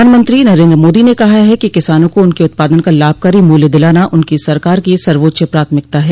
प्रधानमंत्री नरेन्द्र मोदी ने कहा है कि किसानों को उनके उत्पादन का लाभकारी मूल्य दिलाना उनकी सरकार की सर्वोच्च प्राथमिकता है